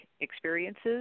experiences